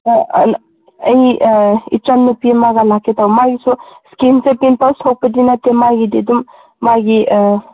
ꯑꯩ ꯏꯆꯟ ꯅꯨꯄꯤ ꯑꯃꯒ ꯂꯥꯛꯀꯦ ꯇꯧꯕ ꯃꯥꯏꯁꯨ ꯁ꯭ꯀꯤꯟꯁꯦ ꯄꯤꯝꯄꯜꯁ ꯊꯣꯛꯄꯗꯤ ꯅꯠꯇꯦ ꯃꯥꯏꯒꯤꯗꯤ ꯑꯗꯨꯝ ꯃꯥꯒꯤ